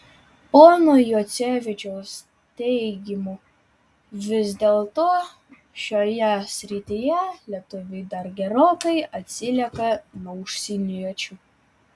pono juocevičiaus teigimu vis dėlto šioje srityje lietuviai dar gerokai atsilieka nuo užsieniečių